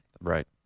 Right